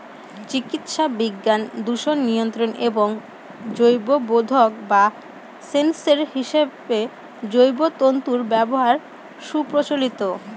চিকিৎসাবিজ্ঞান, দূষণ নিয়ন্ত্রণ এবং জৈববোধক বা সেন্সর হিসেবে জৈব তন্তুর ব্যবহার সুপ্রচলিত